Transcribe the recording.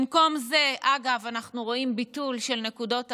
במקום זה, אגב, אנחנו רואים ביטול של נקודות המס.